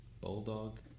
Bulldog